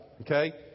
Okay